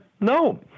No